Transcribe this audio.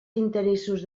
interessos